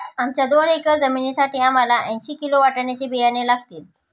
आमच्या दोन एकर जमिनीसाठी आम्हाला ऐंशी किलो वाटाण्याचे बियाणे लागतील